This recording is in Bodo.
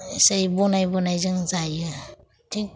एसायै बानाय बानाय जों जायो थिक